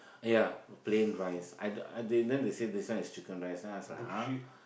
ya plain rice I don't they then they say this one is chicken rice then I was like !huh!